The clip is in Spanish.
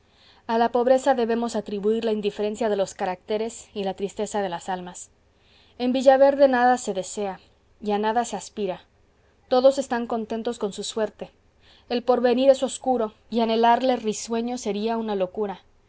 a la pobreza debemos atribuir la indiferencia de los caracteres y la tristeza de las almas en villaverde nada se desea y a nada se aspira todos están contentos con su suerte el porvenir es obscuro y anhelarle risueño sería una locura